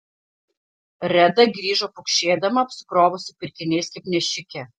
reda grįžo pukšėdama apsikrovusi pirkiniais kaip nešikė